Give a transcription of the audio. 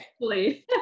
please